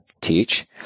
teach